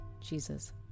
Jesus